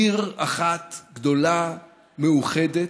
עיר אחת גדולה, מאוחדת,